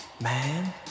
man